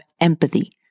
empathy